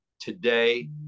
today